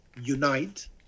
unite